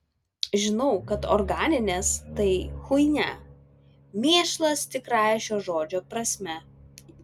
žinau kad organinės tai chuinia mėšlas tikrąja šio žodžio prasme